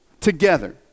together